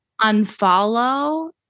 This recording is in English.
unfollow